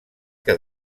que